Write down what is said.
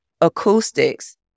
acoustics